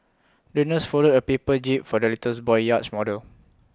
the nurse folded A paper jib for the little boy's yacht model